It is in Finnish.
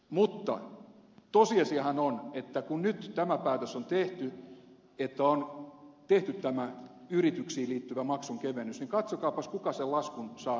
mutta tosiasiahan on että kun nyt tämä päätös on tehty on tehty tämä yrityksiin liittyvä maksun kevennys niin katsokaapas kuka sen laskun saa maksaakseen